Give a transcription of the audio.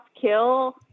Kill